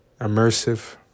immersive